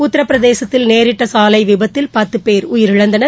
உத்திரபிரதேசத்தில் நேரிட்ட சாலை விபத்தில் பத்து பேர் உயிரிழந்தனர்